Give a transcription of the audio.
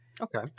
Okay